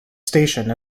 station